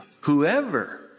Whoever